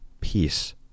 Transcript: peace